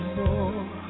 more